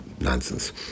nonsense